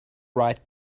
right